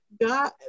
God